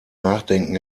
nachdenken